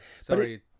sorry